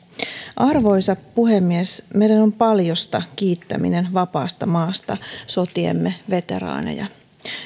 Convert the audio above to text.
arvoisa puhemies meidän on paljosta kiittäminen vapaasta maasta sotiemme veteraaneja